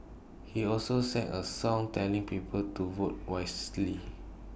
he also sang A song telling people to vote wisely